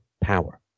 power